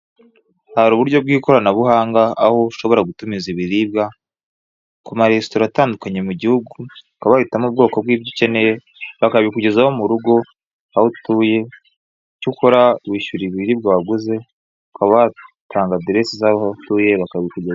Hari uburyo bw'imbugankoranyambaga aho ushobora gutumiza ibiribwa ku ma resitora atandukanye mu gihugu ukaba wahitamo ubwoko bw'ibyo ukeneye bakabikugezaho mu rugo, aho utuye icyo ukorara wishyura ibiribwa waguze, ukaba watanza aderese z'aho utuye bakabikugezaho.